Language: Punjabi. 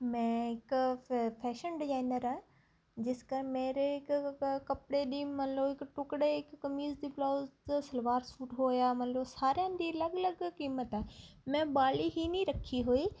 ਮੈਂ ਇੱਕ ਫ ਫੈਸ਼ਨ ਡਿਜ਼ਾਈਨਰ ਹਾਂ ਜਿਸ ਕਾਰਨ ਮੇਰੇ ਕ ਕੱਪੜੇ ਦੀ ਮੰਨ ਲਓ ਇੱਕ ਟੁਕੜਾ ਇੱਕ ਕਮੀਜ਼ ਦੀ ਪਲਾਜੋ ਸਲਵਾਰ ਸੂਟ ਹੋਇਆ ਮੰਨ ਲਓ ਸਾਰਿਆਂ ਦੀ ਅਲੱਗ ਅਲੱਗ ਕੀਮਤ ਆ ਮੈਂ ਬਾਹਲੀ ਹੀ ਨਹੀਂ ਰੱਖੀ ਹੋਈ